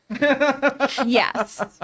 Yes